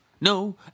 No